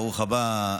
ברוך הבא,